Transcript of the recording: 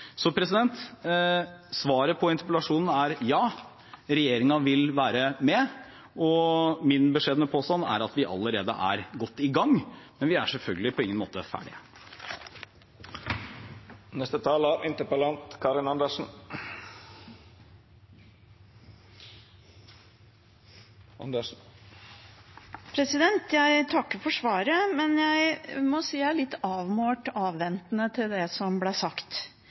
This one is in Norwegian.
Svaret på interpellasjonen er ja, regjeringen vil være med. Min beskjedene påstand er at vi allerede er godt i gang, men vi er selvfølgelig på ingen måte ferdig. Jeg takker for svaret, men jeg må si jeg er litt avmålt og avventende til det som ble sagt.